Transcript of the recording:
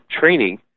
training